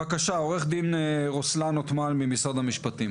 בבקשה, עוה"ד רוסלאן עותמאן ממשרד המשפטים.